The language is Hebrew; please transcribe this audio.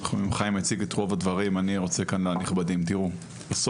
חיים ביבס הציג את רוב הדברים.